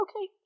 okay